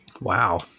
Wow